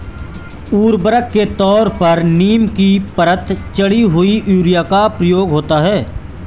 उर्वरक के तौर पर नीम की परत चढ़ी हुई यूरिया का प्रयोग होता है